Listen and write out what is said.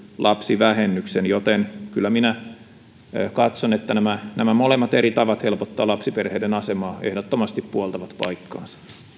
lapsivähennyksen joten kyllä minä katson että nämä nämä molemmat eri tavat helpottaa lapsiperheiden asemaa ehdottomasti puoltavat paikkaansa